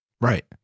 Right